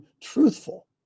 truthful